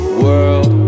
world